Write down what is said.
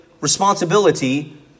responsibility